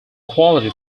quality